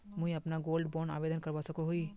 मुई अपना gold bond आवेदन करवा सकोहो ही?